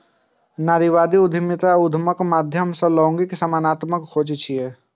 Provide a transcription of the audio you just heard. नारीवादी उद्यमिता उद्यमक माध्यम सं लैंगिक समानताक खोज छियै